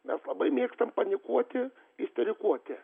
mes labai mėgstam panikuoti isterikuoti